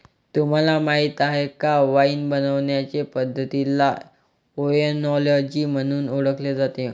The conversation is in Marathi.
तुम्हाला माहीत आहे का वाइन बनवण्याचे पद्धतीला ओएनोलॉजी म्हणून ओळखले जाते